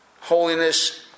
Holiness